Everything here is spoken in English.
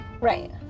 Right